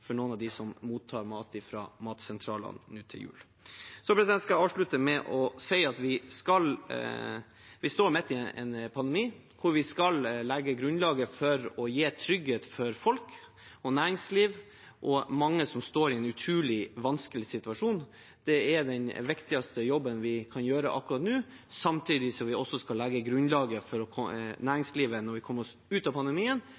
for noen av dem som mottar mat fra matsentralene nå til jul. Jeg skal avslutte med å si at vi står midt i en pandemi, hvor vi skal legge grunnlag for å gi trygghet for folk og næringsliv og mange som står i en utrolig vanskelig situasjon. Det er den viktigste jobben vi kan gjøre akkurat nå. Samtidig skal vi legge grunnlag for næringslivet når vi kommer oss ut av pandemien,